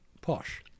posh